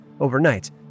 overnight